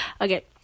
okay